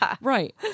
right